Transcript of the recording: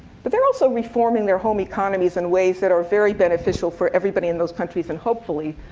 but they're also reforming their home economies in ways that are very beneficial for everybody in those countries and, hopefully,